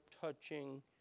touching